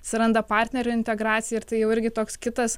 atsiranda partnerių integracija ir tai jau irgi toks kitas